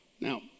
Now